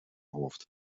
hoofd